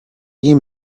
game